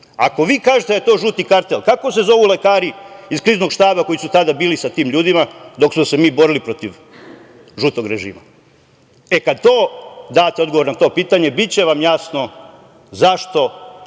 Ako vi kažete da je to „žuti kartel“, kako se zovu lekari iz Kriznog štaba koji su tada bili sa tim ljudima, dok smo se mi borili protiv žutog režima? E kada date odgovor na to pitanje biće vam jasno zašto